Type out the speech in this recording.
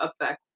affect